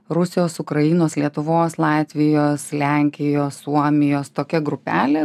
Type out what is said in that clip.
rusijos ukrainos lietuvos latvijos lenkijos suomijos tokia grupelė